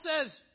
says